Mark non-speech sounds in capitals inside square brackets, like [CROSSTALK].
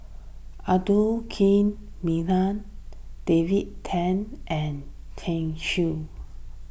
Abdul Kim [UNINTELLIGIBLE] David Tham and [UNINTELLIGIBLE] Tsung